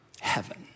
heaven